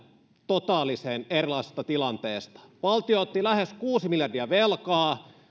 totaalisen erilaisesta tilanteesta valtio otti lähes kuusi miljardia velkaa